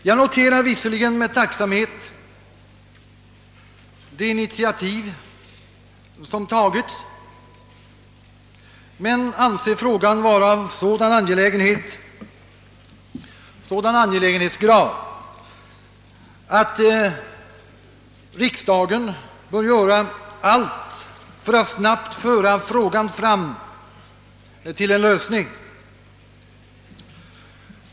Jag noterar visserligen med tacksamhet de initiativ som tagits, men anser frågorna vara av sådan angelägenhetsgrad, att riksdagen bör göra allt för att snabbt nå en lösning.